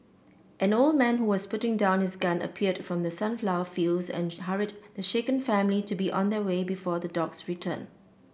an old man who was putting down his gun appeared from the sunflower fields and hurried the shaken family to be on their way before the dogs return